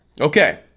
Okay